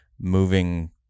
moving